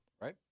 right